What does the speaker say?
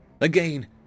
Again